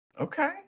okay